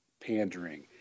pandering